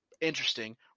Interesting